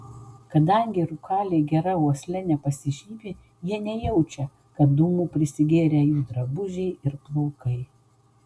kadangi rūkaliai gera uosle nepasižymi jie nejaučia kad dūmų prisigėrę jų drabužiai ir plaukai